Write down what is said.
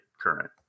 current